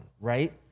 right